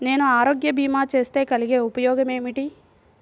నేను ఆరోగ్య భీమా చేస్తే కలిగే ఉపయోగమేమిటీ?